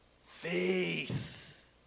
Faith